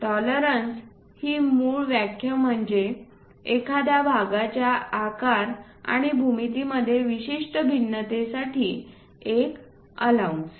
टॉलरन्सची मूळ व्याख्या म्हणजे एखाद्या भागाच्या आकार आणि भूमितीमध्ये विशिष्ट भिन्नतेसाठी एक अलाउन्स